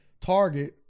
Target